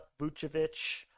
Vucevic